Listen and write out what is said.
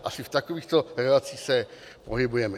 Asi v takovýchto relacích se pohybujeme.